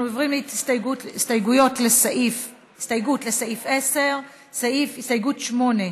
אנחנו עוברים להסתייגות לסעיף 10. הסתייגות 8,